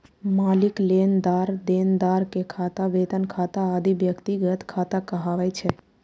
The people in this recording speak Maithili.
मालिक, लेनदार, देनदार के खाता, वेतन खाता आदि व्यक्तिगत खाता कहाबै छै